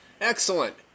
Excellent